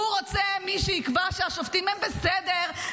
הוא רוצה את מי שיקבע שהשופטים הם בסדר,